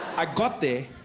i got there